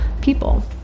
people